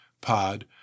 pod